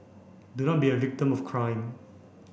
do not be a victim of crime